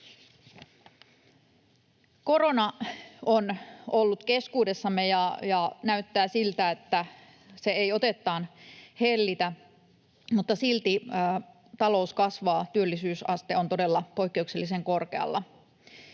Korona on ollut keskuudessamme, ja näyttää siltä, että se ei otettaan hellitä, mutta silti talous kasvaa, työllisyysaste on todella poikkeuksellisen korkealla.